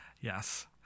Yes